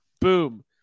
Boom